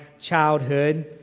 childhood